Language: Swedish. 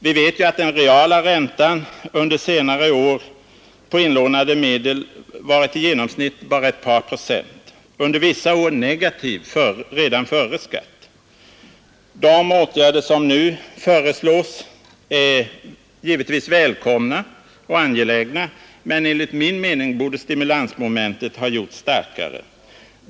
Vi vet att den reala räntan på inlånade medel under senare år varit i genomsnitt bara ett par procent, under vissa år negativ redan före skatt. De åtgärder som nu föreslås är givetvis välkomna och angelägna, men enligt min mening borde stimulanseffekten ha gjorts starkare.